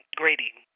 grading